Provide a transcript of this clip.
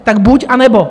Tak buď anebo.